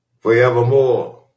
forevermore